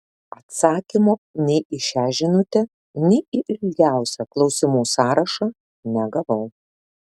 atsakymo nei į šią žinutę nei į ilgiausią klausimų sąrašą negavau